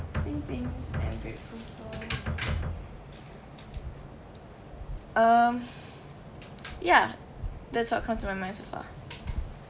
things things that you're most grateful for um yeah that's what comes to my mind so far